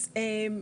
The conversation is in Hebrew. לענייננו,